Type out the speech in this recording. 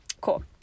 Cool